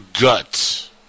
guts